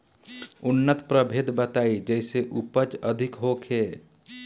उन्नत प्रभेद बताई जेसे उपज अधिक होखे?